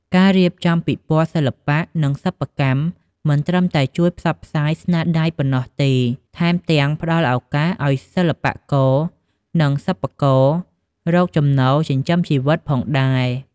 ការរៀបចំពិព័រណ៍សិល្បៈ និងសិប្បកម្ម មិនត្រឹមតែជួយផ្សព្វផ្សាយស្នាដៃប៉ុណ្ណោះទេ ថែមទាំងផ្តល់ឱកាសឱ្យសិល្បករនិងសិប្បកររកចំណូលចិញ្ចឹមជីវិតផងដែរ។